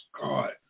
God